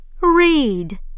read